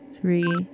Three